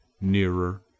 Nearer